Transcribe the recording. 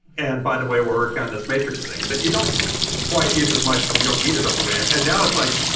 and by the way, we're working on this matrix thing, that you don't quite use as much because you don't need it all the way. and now it's like,